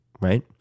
right